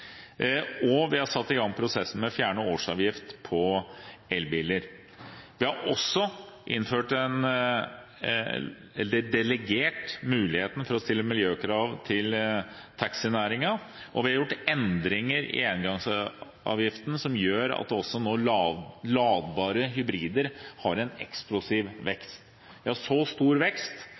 og vi har satt i gang prosessen med å fjerne årsavgift på elbiler. Vi har også innført, eller delegert, muligheten for å stille miljøkrav til taxinæringen, og vi har gjort endringer i engangsavgiften som gjør at også ladbare hybrider nå har en eksplosiv vekst – ja, så stor vekst